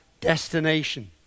destination